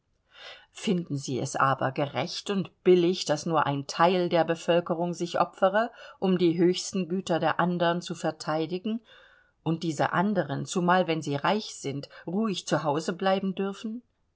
finden sie es aber gerecht und billig daß nur ein teil der bevölkerung sich opfere um die höchsten güter der andern zu verteidigen und diese anderen zumal wenn sie reich sind ruhig zu hause bleiben dürfen